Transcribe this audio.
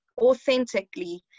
authentically